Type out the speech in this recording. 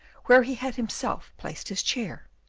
where he had himself placed his chair.